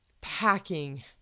packing